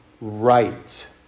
right